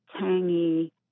tangy